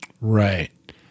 Right